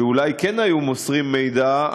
שאולי כן היו מוסרים מידע,